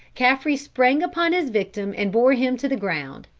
caffre sprang upon his victim and bore him to the ground.